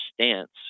stance